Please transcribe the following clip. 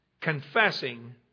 Confessing